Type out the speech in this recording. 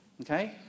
Okay